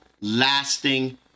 lasting